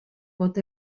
pot